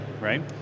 right